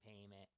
payment